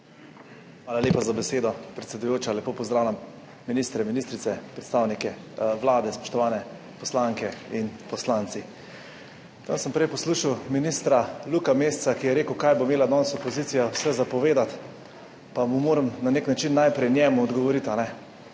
Hvala lepa za besedo, predsedujoča. Lepo pozdravljam ministre, ministrice, predstavnike Vlade, spoštovani poslanke in poslanci! Tam sem prej poslušal ministra Luka Mesca, ki je rekel, kaj bo imela danes opozicija vse za povedati, pa moram na nek način najprej njemu odgovoriti.